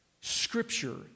Scripture